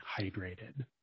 hydrated